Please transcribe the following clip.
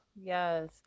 yes